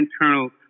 internal